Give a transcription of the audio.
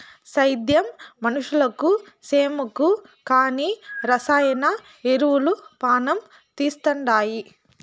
సేద్యం మనుషులకు సేమకు కానీ రసాయన ఎరువులు పానం తీస్తండాయి